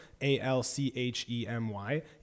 A-L-C-H-E-M-Y